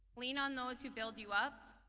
lean on those who build you up,